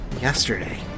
yesterday